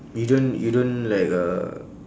you don't you don't like uh